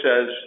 says